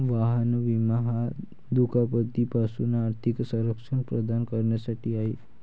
वाहन विमा हा दुखापती पासून आर्थिक संरक्षण प्रदान करण्यासाठी आहे